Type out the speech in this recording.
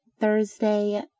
Thursday